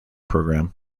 program